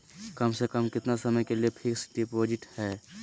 कम से कम कितना समय के लिए फिक्स डिपोजिट है?